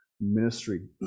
ministry